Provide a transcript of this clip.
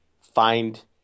find